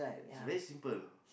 it's very simple